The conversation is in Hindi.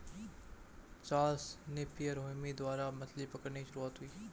चार्ल्स नेपियर हेमी द्वारा मछली पकड़ने की शुरुआत हुई